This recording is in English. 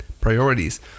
priorities